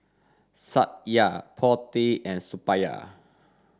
Satya Potti and Suppiah